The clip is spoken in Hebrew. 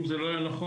אם זה לא היה נכון,